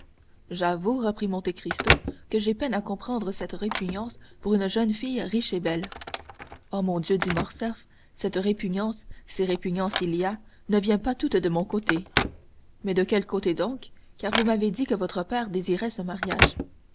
j'avoue reprit monte cristo que j'ai peine à comprendre cette répugnance pour une jeune fille riche et belle oh mon dieu dit morcerf cette répugnance si répugnance il y a ne vient pas toute de mon côté mais de quel côté donc car vous m'avez dit que votre père désirait ce mariage